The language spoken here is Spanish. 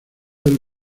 del